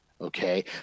Okay